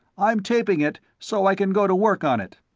i'm taping it, so i can go to work on it.